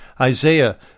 Isaiah